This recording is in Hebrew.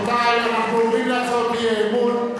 רבותי, אנחנו עוברים להצעות האי-אמון.